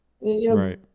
Right